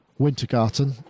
Wintergarten